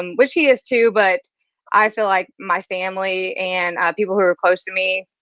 um which he is too but i feel like my family and people who are close to me,